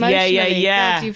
ah yeah yeah. yeah.